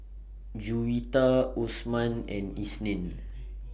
Juwita Osman and Isnin